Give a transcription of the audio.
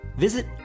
Visit